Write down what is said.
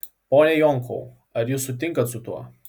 pone jonkau ar jūs sutinkat su tuo